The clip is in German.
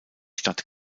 stadt